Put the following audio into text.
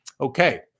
Okay